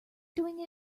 doing